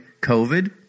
COVID